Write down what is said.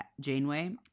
Janeway